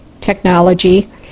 technology